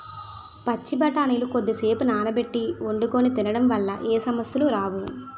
పచ్చి బఠానీలు కొద్దిసేపు నానబెట్టి వండుకొని తినడం వల్ల ఏ సమస్యలు రావు